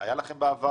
היה בעבר